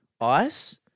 ice